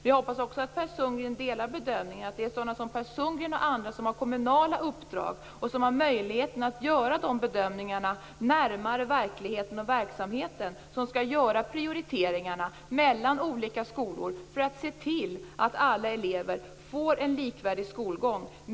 Jag hoppas också att Per Sundgren delar bedömningen att det är sådana som Per Sundgren och andra som har kommunala uppdrag och som har möjligheten att göra bedömningar närmare verkligheten och verksamheten som skall göra prioriteringarna mellan olika skolor, för att se till att alla elever får en likvärdig skolgång.